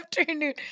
afternoon